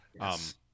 Yes